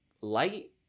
light